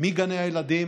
מגני הילדים